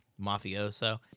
mafioso